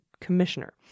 Commissioner